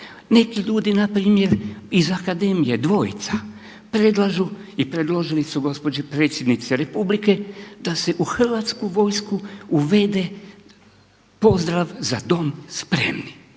Neki ljudi npr. iz akademije, dvojica, predlažu i predložili su gospođi Predsjednici Republike da se u Hrvatsku vojsku uvede pozdrav: Za Dom spremni!